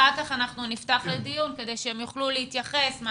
אחר כך נפתח לדיון כדי שהם יוכלו להתייחס ולומר מה